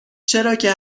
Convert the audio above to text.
چراکه